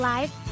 Live